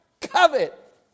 covet